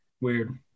Weird